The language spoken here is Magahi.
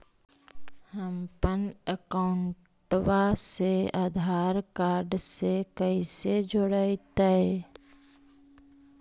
हमपन अकाउँटवा से आधार कार्ड से कइसे जोडैतै?